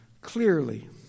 clearly